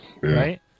Right